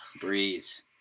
Breeze